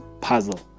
puzzle